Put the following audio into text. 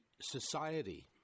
society